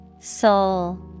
Soul